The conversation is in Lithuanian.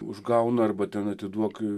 užgauna arba ten atiduok